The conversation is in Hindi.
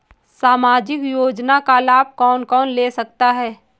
सामाजिक योजना का लाभ कौन कौन ले सकता है?